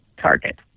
target